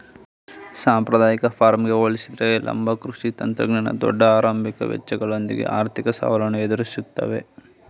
ಸಾಂಪ್ರದಾಯಿಕ ಫಾರ್ಮ್ಗೆ ಹೋಲಿಸಿದರೆ ಲಂಬ ಕೃಷಿ ತಂತ್ರಜ್ಞಾನ ದೊಡ್ಡ ಆರಂಭಿಕ ವೆಚ್ಚಗಳೊಂದಿಗೆ ಆರ್ಥಿಕ ಸವಾಲನ್ನು ಎದುರಿಸ್ತವೆ